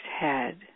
head